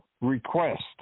request